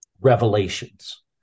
revelations